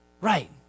Right